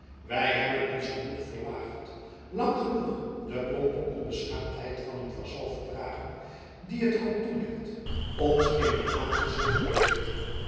wij hebben ons genoeg verlaagd lang genoeg de plompe onbeschaamdheid van een vazal verdragen die het er op toelegt ons in t aangezicht te beleedigen